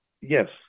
yes